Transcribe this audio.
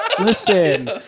Listen